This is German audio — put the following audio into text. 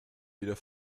wieder